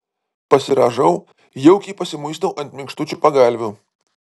pasirąžau jaukiai pasimuistau ant minkštučių pagalvių